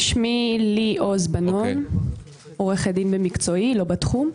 שמי לי עוז בנון, עורכת דין במקצועי, לא בתחום,